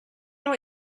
what